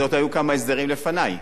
היו כמה הסדרים לפני,